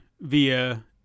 via